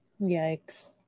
Yikes